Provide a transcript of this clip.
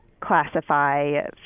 classify